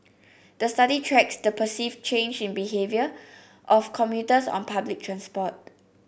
the study tracks the perceived change in behaviour of commuters on public transport